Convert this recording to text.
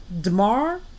Damar